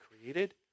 created